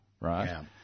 right